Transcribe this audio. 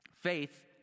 Faith